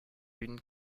une